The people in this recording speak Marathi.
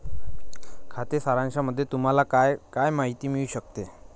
खाते सारांशामध्ये तुम्हाला काय काय माहिती मिळू शकते?